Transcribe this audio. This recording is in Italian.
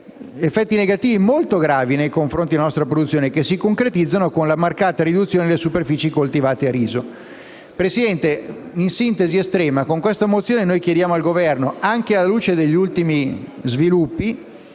effetti negativi molto gravi nei confronti della nostra produzione, che si concretizzano nella marcata riduzione delle superfici coltivate a riso. Signora Presidente, in estrema sintesi, con la mozione n. 746 chiediamo al Governo, anche alla luce degli ultimi sviluppi,